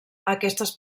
aquestes